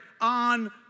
on